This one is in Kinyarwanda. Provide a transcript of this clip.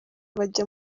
bajya